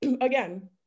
again